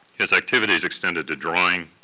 his activities extended to drawing,